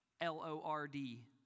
L-O-R-D